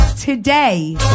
Today